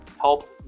help